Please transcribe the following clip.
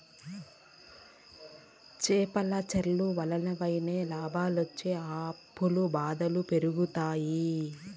చేపల చెర్ల వల్లనైనా లాభాలొస్తి అప్పుల బాధలు తీరుతాయి